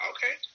Okay